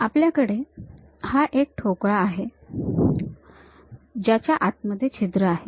आपल्याकडे हा एक ठोकळा आहे ज्याच्या आतमध्ये छिद्र आहे